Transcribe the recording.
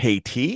kt